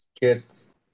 kids